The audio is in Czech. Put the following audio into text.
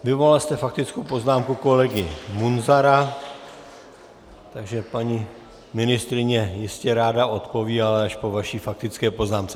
Vyvolal jste faktickou poznámku kolegy Munzara, takže paní ministryně jistě ráda odpoví, ale až po vaší faktické poznámce.